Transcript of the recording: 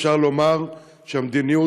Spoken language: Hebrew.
אפשר לומר שהמדיניות